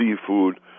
seafood